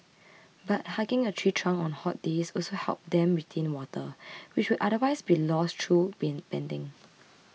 but hugging a tree trunk on hot days also helps then retain water which would otherwise be lost through being panting